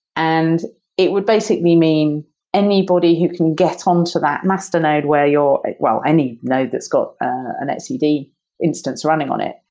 and it would basically mean anybody who can get on to that master node where you're well, any node that's got an etcd instance running on it,